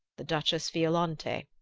the duchess violante,